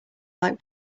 like